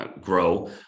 grow